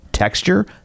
Texture